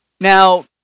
Now